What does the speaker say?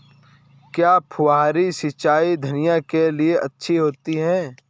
क्या फुहारी सिंचाई धनिया के लिए अच्छी होती है?